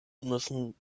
müssen